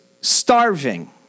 starving